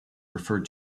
referred